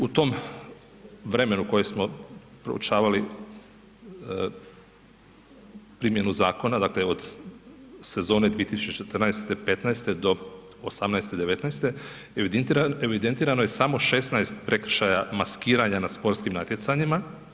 U tom vremenu kojem smo proučavali primjenu zakona dakle od sezone 2014.-15. do 18.-19. evidentirano je samo 16 prekršaja maskiranja na sportskim natjecanjima.